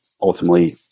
ultimately